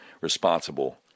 responsible